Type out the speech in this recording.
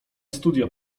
studia